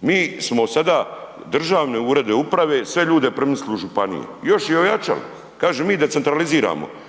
Mi smo sada državne urede uprave sve ljude premjestili u županije. Još i ojačali, kaže mi decentraliziramo,